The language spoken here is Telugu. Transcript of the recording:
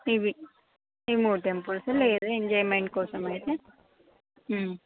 ఇవి ఇవి మూడు టెంపుల్స్ లేదా ఎంజాయ్మెంట్ కోసం అయితే